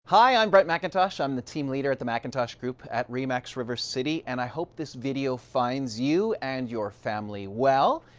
hi, i'm brent macintosh. i'm the team leader at the macintosh group at re max river city and i hope this video finds you and your family well,